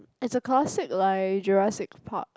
it's a classic like Jurassic Park